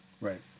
Right